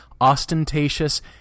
ostentatious